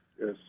Yes